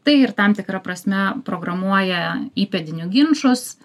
tai ir tam tikra prasme programuoja įpėdinių ginčus